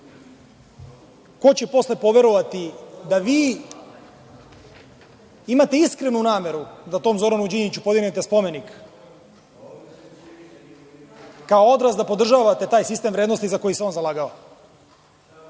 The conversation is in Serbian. će posle poverovati da vi imate iskrenu nameru da tom Zoranu Đinđiću podignete spomenik kao odraz da podržavate taj sistem vrednosti za koji se on zalagao?